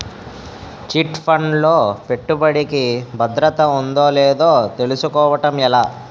Chit fund లో పెట్టుబడికి భద్రత ఉందో లేదో తెలుసుకోవటం ఎలా?